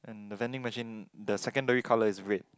and the vending machine the secondary colour is red